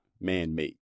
man-made